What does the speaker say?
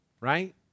right